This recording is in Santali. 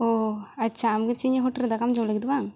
ᱚ ᱟᱪᱪᱷᱟ ᱟᱢ ᱜᱮᱪᱮ ᱤᱧᱟᱹᱜ ᱦᱳᱴᱮᱞ ᱨᱮ ᱫᱟᱠᱟᱢ ᱡᱚᱢ ᱞᱟᱹᱜᱤᱫ ᱵᱟᱝ